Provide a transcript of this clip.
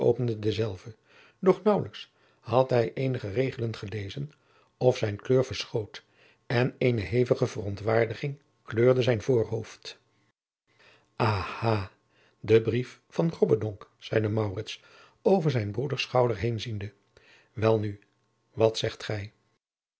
denzelven doch naauwlijks had hij eenige regelen gelezen of zijn kleur verschoot en eene hevige verontwaardiging kleurde zijn voorhoofd aha de brief van grobbendonck zeide maurits over zijns broeders schouder heenziende welnu wat zegt gij